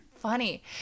Funny